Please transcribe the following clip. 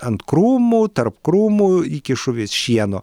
ant krūmų tarp krūmų kišu vis šieno